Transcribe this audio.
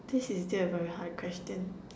this is still a very hard question